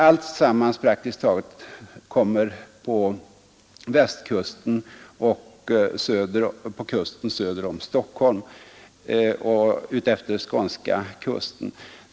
Alltsammans praktiskt taget kommer på Västkusten och på kusten söder om Stockholm och utefter skånska kusten.